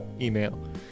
email